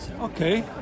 Okay